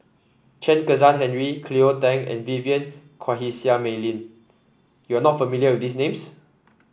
Chen Kezhan Henri Cleo Thang and Vivien Quahe Seah Mei Lin you are not familiar with these names